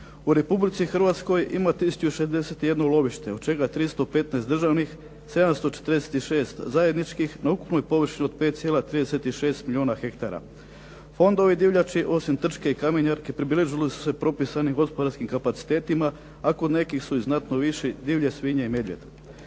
U Republici Hrvatskoj ima 1061 lovište od čega 315 državnih, 746 zajedničkih na ukupnoj površini od 5,36 milijuna hektara. Fondovi divljači osim trčke i kamenjarke pribilježili su se propisanim gospodarskim kapacitetima a kod nekih su i znatno viši divlje svinje i medvjed.